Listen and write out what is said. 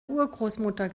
urgroßmutter